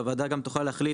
והוועדה גם תוכל להחליט,